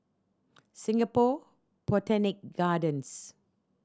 Singapore Botanic Gardens